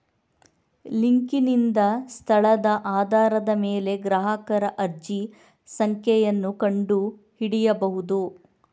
ಲಿಂಕಿನಿಂದ ಸ್ಥಳದ ಆಧಾರದ ಮೇಲೆ ಗ್ರಾಹಕರ ಅರ್ಜಿ ಸಂಖ್ಯೆಯನ್ನು ಕಂಡು ಹಿಡಿಯಬಹುದು